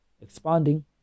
expanding